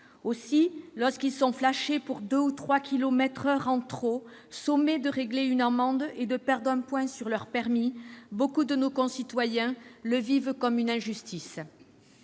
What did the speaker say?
Aussi, lorsqu'ils sont flashés pour deux ou trois kilomètres par heure en trop, sommés de régler une amende et de perdre un point sur leur permis, beaucoup de nos concitoyens le vivent comme une injustice.